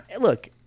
Look